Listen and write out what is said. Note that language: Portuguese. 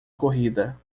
corrida